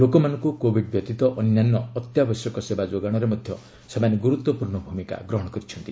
ଲୋକମାନଙ୍କୁ କୋଭିଡ୍ ବ୍ୟତୀତ ଅନ୍ୟାନ୍ୟ ଅତ୍ୟାବଶ୍ୟକ ସେବା ଯୋଗାଣରେ ମଧ୍ୟ ସେମାନେ ଗୁରୁତ୍ୱପୂର୍ଣ୍ଣ ଭୂମିକା ଗ୍ରହଣ କରିଛନ୍ତି